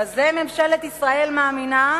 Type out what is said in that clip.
בזה ממשלת ישראל מאמינה,